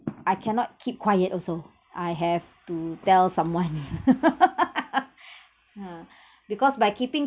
I cannot keep quiet also I have to tell someone ha because by keeping